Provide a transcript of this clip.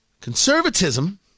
Conservatism